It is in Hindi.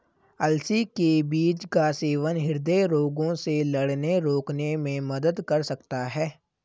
अलसी के बीज का सेवन हृदय रोगों से लड़ने रोकने में मदद कर सकता है